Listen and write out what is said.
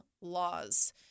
laws